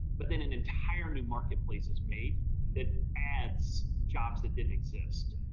but then an entire new marketplaces made that adds jobs that didn't exist.